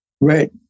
right